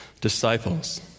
disciples